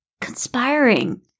conspiring